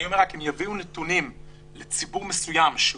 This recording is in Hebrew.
אני אומר שאם יביאו נתונים לציבור מסוים שהוא